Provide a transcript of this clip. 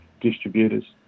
distributors